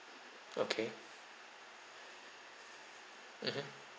okay mmhmm